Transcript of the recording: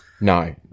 No